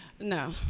No